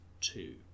two